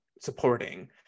supporting